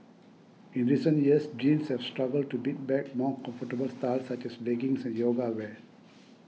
in recent years jeans have struggled to beat back more comfortable styles such as leggings and yoga wear